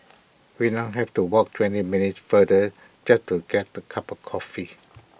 we now have to walk twenty minutes farther just to get A cup of coffee